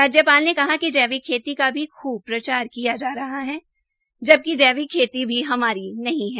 राज्यपाल ने कहा कि जैविक खेती का भी खूब प्रचार किया जा रहा है जबकि जैविक खेती भी हमारी नहीं है